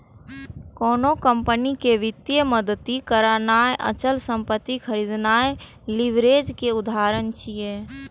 कोनो कंपनी कें वित्तीय मदति करनाय, अचल संपत्ति खरीदनाय लीवरेज के उदाहरण छियै